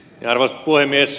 arvoisa puhemies